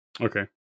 Okay